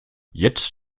jetzt